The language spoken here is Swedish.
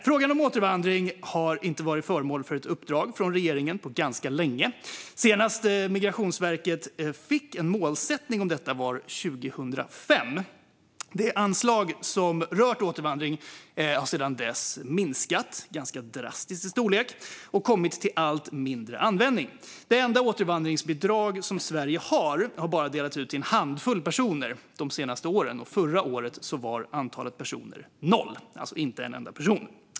Frågan om återvandring har inte varit föremål för ett uppdrag från regeringen på ganska länge. Senast Migrationsverket fick en målsättning för detta var 2005. Det anslag som rört återvandring har sedan dess minskat ganska drastiskt i storlek och kommit till allt mindre användning. Det enda återvandringsbidrag som Sverige har, fru talman, har bara delats ut till en handfull personer de senaste åren. Förra året var antalet personer noll, alltså inte en enda person.